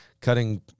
cutting